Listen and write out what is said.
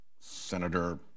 Senator